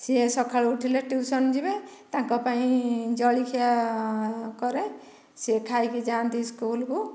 ସିଏ ସକାଳୁ ଉଠିଲେ ଟିଉସନ ଯିବେ ତାଙ୍କ ପାଇଁ ଜଳଖିଆ କରେ ସେ ଖାଇକି ଯାଆନ୍ତି ସ୍କୁଲକୁ